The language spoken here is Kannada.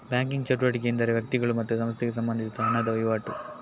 ಬ್ಯಾಂಕಿಂಗ್ ಚಟುವಟಿಕೆ ಎಂದರೆ ವ್ಯಕ್ತಿಗಳು ಮತ್ತೆ ಸಂಸ್ಥೆಗೆ ಸಂಬಂಧಿಸಿದ ಹಣದ ವೈವಾಟು